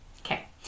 Okay